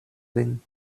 vin